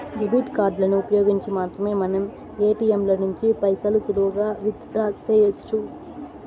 debit కార్డులను ఉపయోగించి మాత్రమే మనం ఏటియంల నుంచి పైసలు సులువుగా విత్ డ్రా సెయ్యొచ్చు